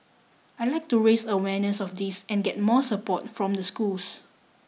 I'd like to raise awareness of this and get more support from the schools